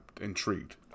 intrigued